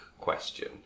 question